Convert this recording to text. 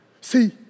See